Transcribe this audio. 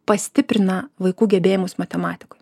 pastiprina vaikų gebėjimus matematikoj